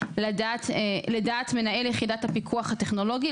לדעת מנהל יחידת הפיקוח הטכנולוגי,